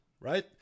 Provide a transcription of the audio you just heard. right